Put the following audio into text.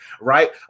right